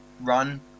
run